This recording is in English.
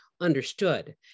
understood